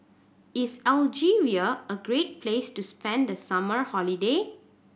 is Algeria a great place to spend the summer holiday